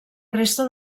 resta